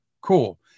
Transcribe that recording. cool